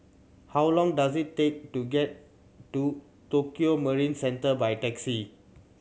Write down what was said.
how long does it take to get to Tokio Marine Centre by taxi